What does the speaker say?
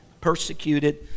persecuted